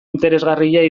interesgarria